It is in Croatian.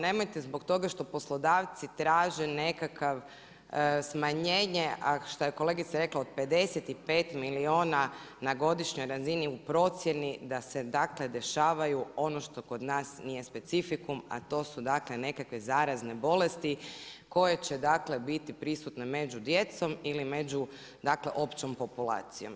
Nemojte zbog toga što poslodavci traže nekakav smanjenje, a šta je kolegica rekla od 55 milijuna na godišnjoj razini u procjeni da se, dakle dešavaju ono što kod nas nije specifikum, a to su dakle nekakve zarazne bolesti koje će dakle biti prisutne među djecom ili među dakle općom populacijom.